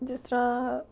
ਜਿਸ ਤਰ੍ਹਾਂ